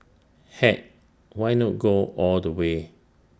heck why not go all the way